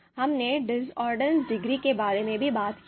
हमने disorder degree के बारे में भी बात की है